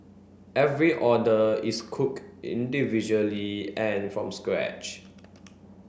every order is cooked individually and from scratch